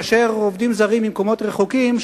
מאשר עובדים זרים ממקומות רחוקים,